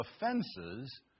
offenses